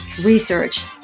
research